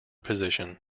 position